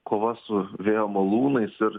kova su vėjo malūnais ir